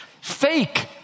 fake